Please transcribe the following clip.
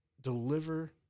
deliver